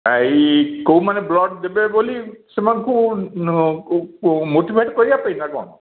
ଏଇ କେଉଁମାନେ ବ୍ଲଡ଼୍ ଦେବେ ବୋଲି ସେମାନଙ୍କୁ ମୋଟିଭେଟ୍ କରିବା ପାଇଁ ନା କ'ଣ